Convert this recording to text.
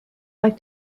like